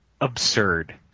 absurd